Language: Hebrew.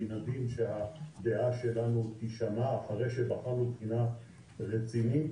רצוי שהדעה שלנו תישמע אחרי שבחנו בצורה רצינית,